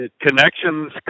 connections